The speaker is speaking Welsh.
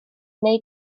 neu